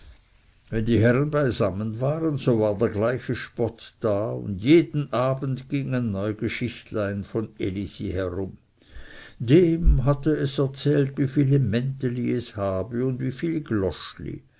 wenn die herren beisammen waren so war der gleiche spott da und jeden abend ging ein neu geschichtlein von elisi herum dem hatte es erzählt wieviel mänteli es habe und wieviel